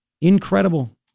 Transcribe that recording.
Incredible